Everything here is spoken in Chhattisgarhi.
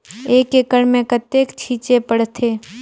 एक एकड़ मे कतेक छीचे पड़थे?